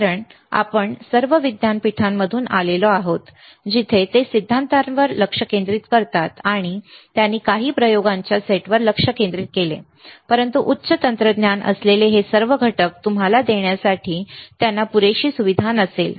कारण आपण सर्व विद्यापीठांमधून आलो आहोत जिथे ते सिद्धांतावर लक्ष केंद्रित करतात आणि त्यांनी काही प्रयोगांच्या सेटवर लक्ष केंद्रित केले परंतु उच्च तंत्रज्ञान असलेले सर्व घटक तुम्हाला देण्यासाठी त्यांना पुरेशी सुविधा नसेल